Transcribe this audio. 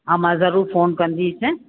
हा मां ज़रूर फ़ोन कंदीसाव